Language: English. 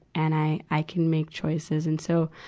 and i, i can make choices. and so,